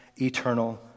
eternal